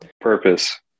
Purpose